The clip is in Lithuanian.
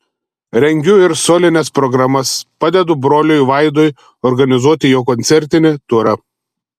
rengiu ir solines programas padedu broliui vaidui organizuoti jo koncertinį turą